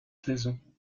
saison